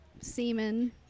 semen